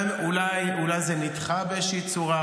אולי זה נדחה באיזושהי צורה?